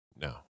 No